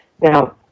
Now